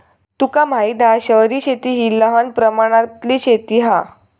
तुका माहित हा शहरी शेती हि लहान प्रमाणातली शेती हा